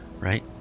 right